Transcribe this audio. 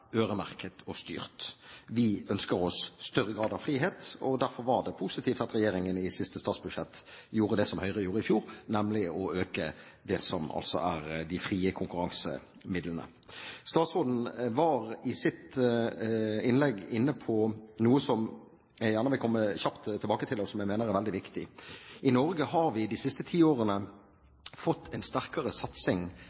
øremerket og styrt. Vi ønsker oss større grad av frihet, og derfor var det positivt at regjeringen i siste statsbudsjett gjorde det som Høyre gjorde i fjor, nemlig å øke det som er de frie konkurransemidlene. Statsråden var i sitt innlegg inne på noe som jeg gjerne vil komme kjapt tilbake til, og som jeg mener er veldig viktig. I Norge har vi de siste ti årene